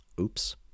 Oops